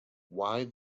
why